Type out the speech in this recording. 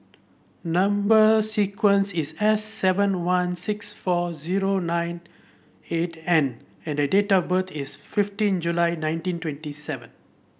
number sequence is S seven one six four zero nine eight N and the date of birth is fifteen July nineteen twenty seven